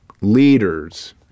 leaders